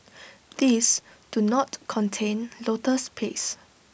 these do not contain lotus paste